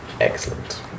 Excellent